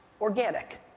organic